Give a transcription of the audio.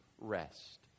rest